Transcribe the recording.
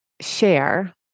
share